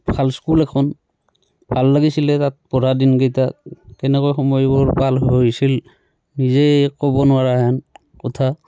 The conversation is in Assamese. ভাল স্কুল এখন ভাল লাগিছিলে তাত পঢ়া দিনকেইটা কেনেকৈ সময়বোৰ পাৰ হৈছিল নিজে ক'ব নোৱাৰা হেন কথা